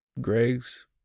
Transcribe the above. Greg's